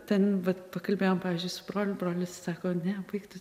ten vat pakalbėjom pavyzdžiui su broliu brolis sako ne baik tu